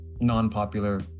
non-popular